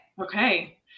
Okay